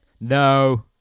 No